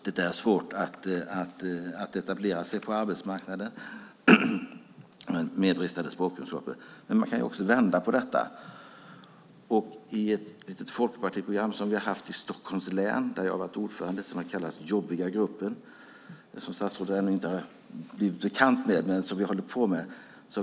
Det är svårt att etablera sig på arbetsmarknaden med bristande språkkunskaper. Man kan dock vända på detta. I Stockholms län har vi haft ett folkpartistiskt program kallat Jobbiga gruppen, där jag har varit ordförande. Statsrådet har ännu inte blivit bekant med detta, men vi håller på med det.